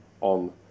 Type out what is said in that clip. on